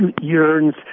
yearns